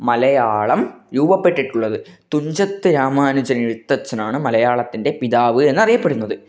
മലയാളം രൂപപ്പെട്ടിട്ടുള്ളത് തുഞ്ചത്ത് രാമാനുജൻ എഴുത്തച്ഛനാണ് മലയാളത്തിൻ്റെ പിതാവ് എന്നറിയപ്പെടുന്നത്